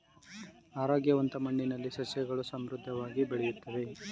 ಆರೋಗ್ಯವಂತ ಮಣ್ಣಿನಲ್ಲಿ ಸಸ್ಯಗಳು ಸಮೃದ್ಧವಾಗಿ ಬೆಳೆಯುತ್ತವೆ